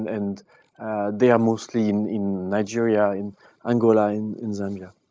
and they are mostly in in nigeria, in angola, in in zambia.